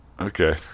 Okay